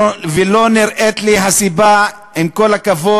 לא נראית לי הסיבה, עם כל הכבוד,